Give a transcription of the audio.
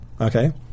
okay